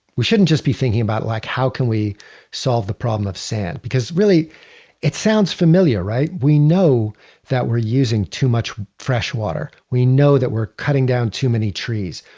we shouldn't just be thinking about it like, how can we solve the problem of sand? because really it sounds familiar, right? we know that we're using too much freshwater. we know that we're cutting down too many trees.